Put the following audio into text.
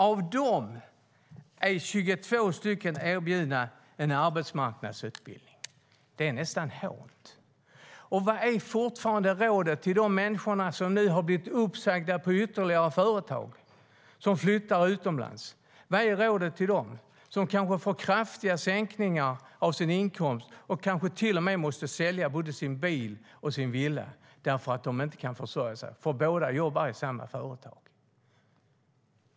Av dem är 22 erbjudna en arbetsmarknadsutbildning. Det är nästan hårt. Och vad är rådet till de människor som blivit uppsagda från ytterligare företag som flyttar utomlands? De kanske får kraftiga sänkningar av sin inkomst och kanske till och med måste sälja både sin bil och sin villa därför att de inte kan försörja sig, för båda jobbar i samma företag.